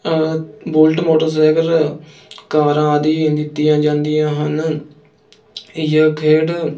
bullet motorcycle ਕਾਰਾਂ ਆਦਿ ਦਿੱਤੀਆਂ ਜਾਂਦੀਆਂ ਹਨ ਜੋੇ ਖੇਡ